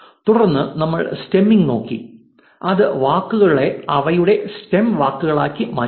തുടർന്ന് നമ്മൾ സ്റ്റെമ്മിംഗ് നോക്കി അത് വാക്കുകളെ അവയുടെ സ്റ്റെം വാക്കുകളാക്കി മാറ്റുന്നു